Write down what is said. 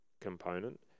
component